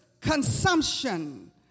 consumption